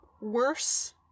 worse